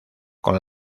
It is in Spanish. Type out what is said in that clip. con